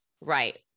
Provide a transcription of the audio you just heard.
Right